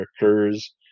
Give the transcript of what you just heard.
occurs